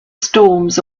storms